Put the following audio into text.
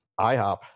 IHOP